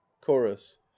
chorus